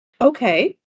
Okay